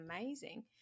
amazing